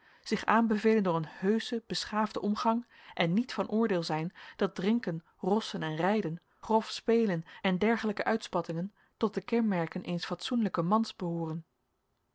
zich aanbevelen door een heuschen beschaafden omgang en niet van oordeel zijn dat drinken rossen en rijden grof spelen en dergelijke uitspattingen tot de kenmerken eens fatsoenlijken mans behooren